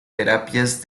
terapias